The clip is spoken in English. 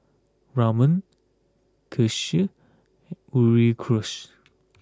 Ramen Kheer and Sauerkraut